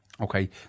Okay